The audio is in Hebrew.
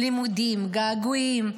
לימודים, געגועים,